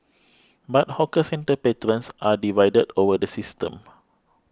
but hawker centre patrons are divided over the system